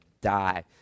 die